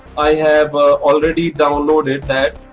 i have already downloaded